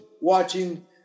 watching